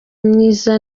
myiza